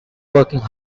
working